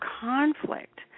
conflict